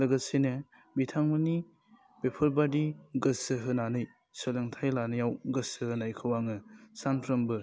लोगोसेनो बिथांमोननि बेफोरबादि गोसो होनानै सोलोंथाइ लानायाव गोसो होनायखौ आङो सानफ्रोमबो